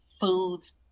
foods